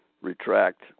retract